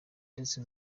ndetse